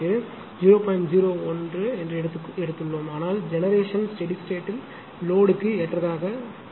01 என்று எடுத்துள்ளோம் ஆனால் ஜெனெரேஷன் ஸ்டெடி ஸ்டேட்யில் லோடு க்கு ஏற்றதாக வேண்டும்